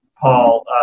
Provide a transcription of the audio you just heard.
Paul